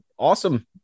Awesome